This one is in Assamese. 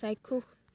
চাক্ষুষ